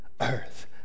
earth